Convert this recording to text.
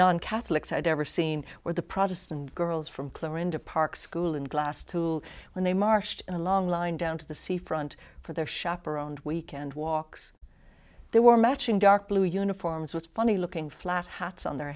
non catholics i'd ever seen where the protestant girls from clarinda park school in glass to when they marched in a long line down to the sea front for their chaperoned weekend walks they were matching dark blue uniforms with funny looking flat hats on their